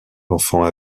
l’enfant